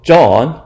John